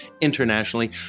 internationally